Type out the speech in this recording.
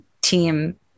team